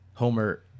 Homer